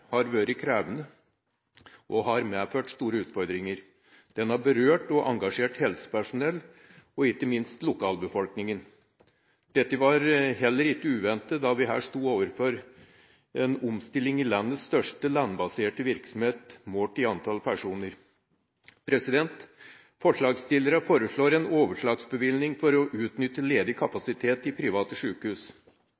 har vært krevende og har medført store utfordringer. Den har berørt og engasjert helsepersonell og ikke minst lokalbefolkninga. Dette var heller ikke uventet da vi her sto overfor en omstilling i landets største landbaserte virksomhet målt i antall personer. Forslagsstillerne foreslår en overslagsbevilgning for å utnytte ledig